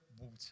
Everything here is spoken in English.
water